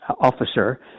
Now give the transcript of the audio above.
officer